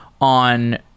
on